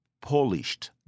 polished